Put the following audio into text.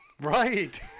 Right